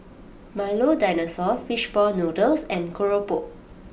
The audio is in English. Milo Dinosaur Fish Ball Noodles and Keropok